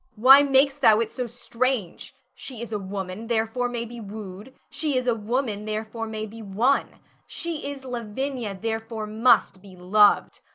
why mak'st thou it so strange? she is a woman, therefore may be woo'd she is a woman, therefore may be won she is lavinia, therefore must be lov'd.